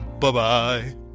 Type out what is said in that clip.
Bye-bye